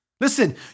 Listen